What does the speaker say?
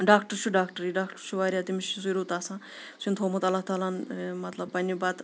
doctor چھُ ڈاکٹرٕے doctor چھُ واریاہ تٔمِس چھِ سُہ چھِ رُت آسان چھُن تھوٚمُت اللہ تعالٰی ہَن مطلب پَنٛنہِ پَتہٕ